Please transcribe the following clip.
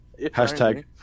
Hashtag